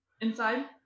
inside